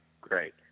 Great